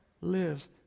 lives